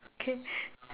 okay